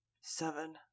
Seven